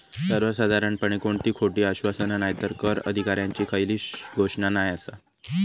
सर्वसाधारणपणे कोणती खोटी आश्वासना नायतर कर अधिकाऱ्यांची खयली घोषणा नाय आसा